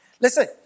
Listen